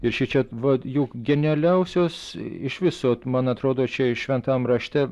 ir šičia vat jų genialiausios iš viso man atrodo čia ir šventam rašte